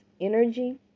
energy